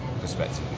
perspective